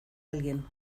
alguien